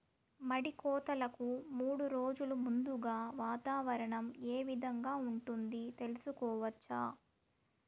మడి కోతలకు మూడు రోజులు ముందుగా వాతావరణం ఏ విధంగా ఉంటుంది, తెలుసుకోవచ్చా?